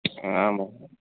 ஆமாம்